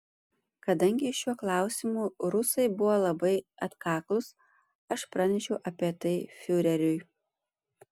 kadangi šiuo klausimu rusai buvo labai atkaklūs aš pranešiau apie tai fiureriui